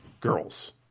girls